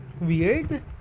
weird